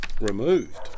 Removed